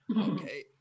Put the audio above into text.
Okay